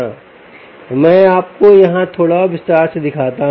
मैं आपको यहां थोड़ा और विस्तार से दिखाता हूं